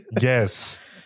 Yes